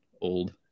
old